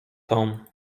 tom